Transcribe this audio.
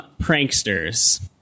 pranksters